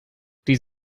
dies